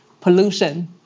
pollution